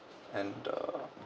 and uh